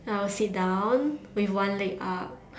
I will sit down with one leg up